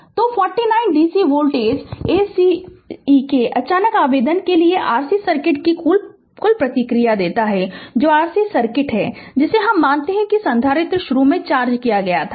Refer Slide Time 0738 तो 49 dc voltage SCE के अचानक आवेदन के लिए Rc सर्किट की कुल प्रतिक्रिया देता है जो कि Rc सर्किट है जिसे हम मानते हैं कि संधारित्र शुरू में चार्ज किया गया है